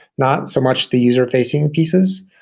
not so much the user-facing pieces,